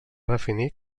definir